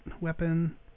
weapon